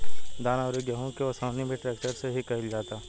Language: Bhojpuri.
धान अउरी गेंहू के ओसवनी भी ट्रेक्टर से ही कईल जाता